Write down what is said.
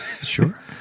Sure